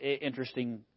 interesting